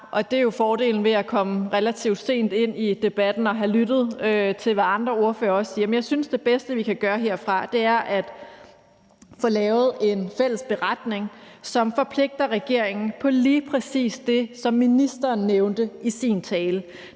det er jo fordelen ved at komme relativt sent ind i debatten og have lyttet til, hvad andre ordførere siger – er at få lavet en fælles beretning, som forpligter regeringen på lige præcis det, som ministeren nævnte i sin tale,